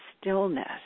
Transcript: stillness